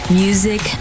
music